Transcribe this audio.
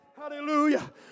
Hallelujah